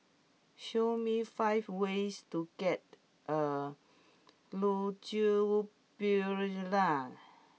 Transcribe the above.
show me five ways to get a Ljubljana